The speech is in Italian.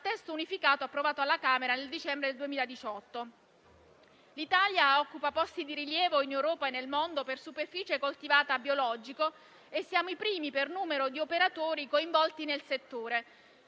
testo unificato approvato alla Camera nel dicembre 2018. L'Italia occupa posti di rilievo, in Europa e nel mondo, per superficie coltivata a biologico e siamo i primi per numero di operatori coinvolti nel settore.